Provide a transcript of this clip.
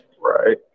Right